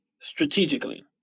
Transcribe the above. strategically